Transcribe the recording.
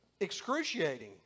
Excruciating